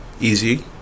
easy